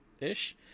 Ish